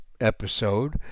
episode